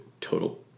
total